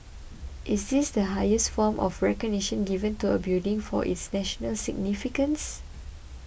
is it the highest form of recognition given to a building for its national significance